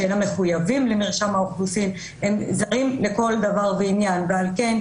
שאינם מחויבים למרשם האוכלוסין הם זרים לכל דבר ועניין ועל כן,